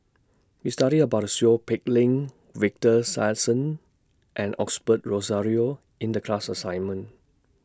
We studied about Seow Peck Leng Victor Sassoon and Rozario in The class assignment